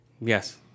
Yes